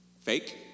fake